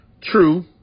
True